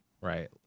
right